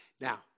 Now